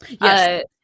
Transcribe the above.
Yes